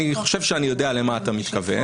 אני חושב שאני יודע למה אתה מתכוון.